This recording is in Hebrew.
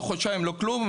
לא חודשיים, לא כלום.